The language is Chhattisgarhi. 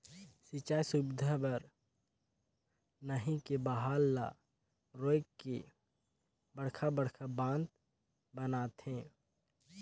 सिंचई सुबिधा बर नही के बहाल ल रोयक के बड़खा बड़खा बांध बनाथे